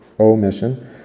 omission